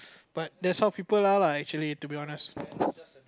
but that's how people are lah actually to be honest